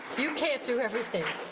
you can't do everything.